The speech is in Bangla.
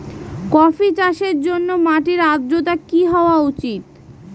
কফি চাষের জন্য মাটির আর্দ্রতা কি হওয়া উচিৎ?